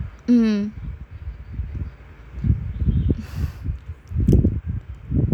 mm